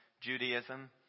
Judaism